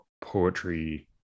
poetry